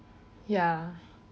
ya